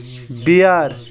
بیار